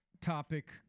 topic